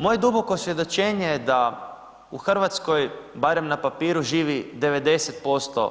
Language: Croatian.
Moje duboko svjedočenje je da u Hrvatskoj, barem na papiru živi 90%